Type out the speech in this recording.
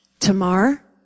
Tamar